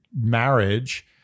marriage